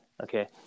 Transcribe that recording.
Okay